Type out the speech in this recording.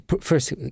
first